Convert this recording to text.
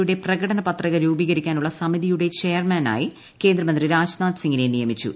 യുടെ പ്രകടനപത്രിക രൂപീകരിക്കാനുള്ള സമിതിയുടെ ചെയർമാനായി കേന്ദ്രമന്ത്രി രാജ്നാഥ് സിംഗിനെ നിയമിച്ചു